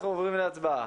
אנחנו עוברים להצבעה.